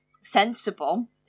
sensible